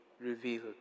revealed